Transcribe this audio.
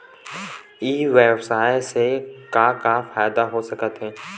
ई व्यवसाय से का का फ़ायदा हो सकत हे?